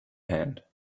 hand